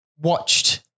watched